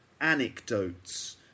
anecdotes